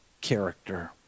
character